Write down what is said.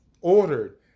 ordered